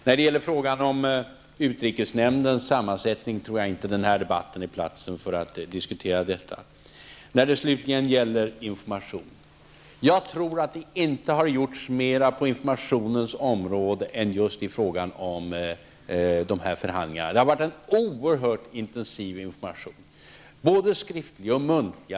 Jag tror inte att det här är platsen för en diskussion om utrikesnämndens sammansättning. Slutligen beträffande information. Jag tror inte det har gjorts mera på informationens område än när det gäller just dessa förhandlingar. Det har varit en oerhört intensiv information, både skriftlig och muntlig.